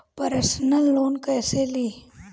Personal loan कैसे ली?